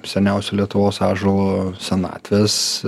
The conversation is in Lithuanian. seniausio lietuvos ąžuolo senatvės